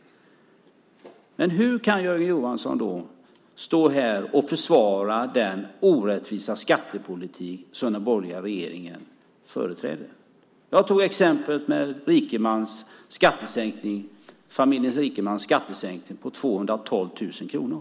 Hur kan Jörgen Johansson då stå här och försvara den orättvisa skattepolitik som den borgerliga regeringen företräder? Jag tog exemplet med familjen Rikemans skattesänkning på 212 000 kronor.